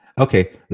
Okay